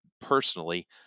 personally